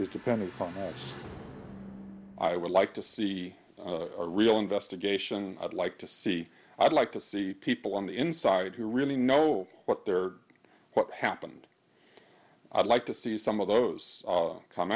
is depending on us i would like to see a real investigation i'd like to see i'd like to see people on the inside who really know what they're what happened i'd like to see some of those come